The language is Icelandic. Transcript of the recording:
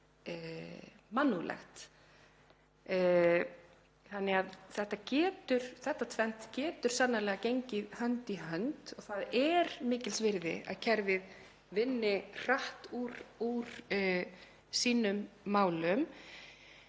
mannúðlegt. Þetta tvennt getur sannarlega gengið hönd í hönd og það er mikils virði að kerfið vinni hratt úr sínum málum.